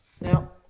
Now